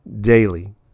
daily